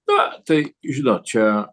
na tai žinot čia